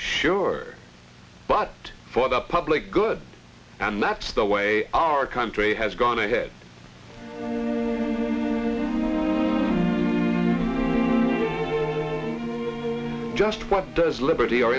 sure but for the public good and that's the way our country has gone ahead just what does liberty or